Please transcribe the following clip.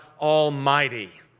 Almighty